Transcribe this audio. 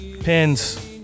pins